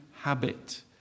habit